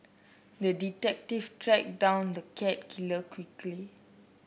the detective tracked down the cat killer quickly